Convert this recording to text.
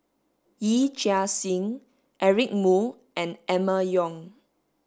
Yee Chia Hsing Eric Moo and Emma Yong